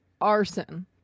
arson